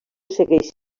segueix